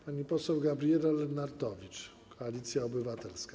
Pani poseł Gabriela Lenartowicz, Koalicja Obywatelska.